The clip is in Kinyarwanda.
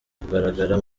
kugaragara